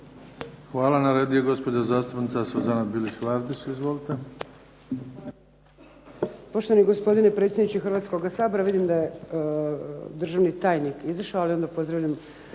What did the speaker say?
Hvala. Na redu je gospodin zastupnik